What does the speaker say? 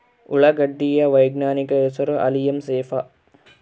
ಉಳ್ಳಾಗಡ್ಡಿ ಯ ವೈಜ್ಞಾನಿಕ ಹೆಸರು ಅಲಿಯಂ ಸೆಪಾ